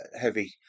heavy